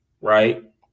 right